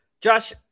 Josh